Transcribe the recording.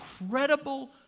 incredible